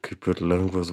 kaip ir lengvas